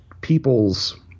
people's